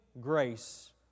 grace